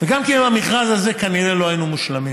וגם כן במכרז הזה כנראה לא היינו מושלמים,